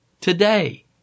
today